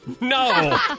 No